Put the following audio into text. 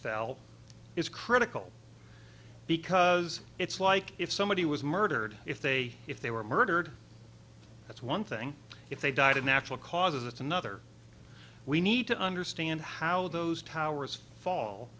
fell is critical because it's like if somebody was murdered if they if they were murdered that's one thing if they died of natural causes another we need to understand how those towers fall